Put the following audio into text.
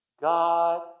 God